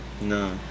No